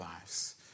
lives